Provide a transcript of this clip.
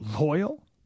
loyal